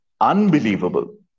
unbelievable